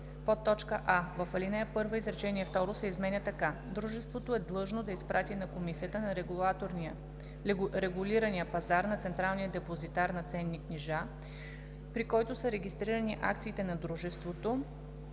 чл. 112б: а) в ал. 1 изречение второ се изменя така: „Дружеството е длъжно да изпрати на комисията, на регулирания пазар, на централния депозитар на ценни книжа, при който са регистрирани акциите на дружеството,